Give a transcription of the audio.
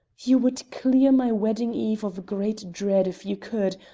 you would clear my wedding-eve of a great dread if you could,